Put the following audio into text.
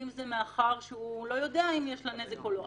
אם מאחר שהוא לא יודע אם יש לה נזק או לא.